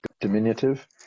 diminutive